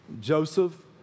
Joseph